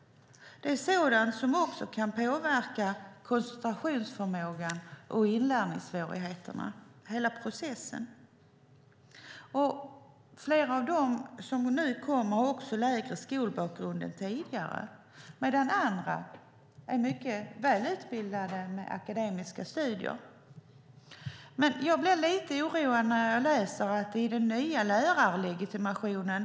Det är sådant som också kan påverka koncentrationsförmågan, ge inlärningssvårigheter och påverka hela processen. Flera av dem som kommer nu har också lägre skolbakgrund än de som kom tidigare, medan andra är mycket väl utbildade genom akademiska studier. Jag blir lite oroad när jag läser om den nya lärarlegitimationen.